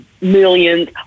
millions